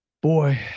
Boy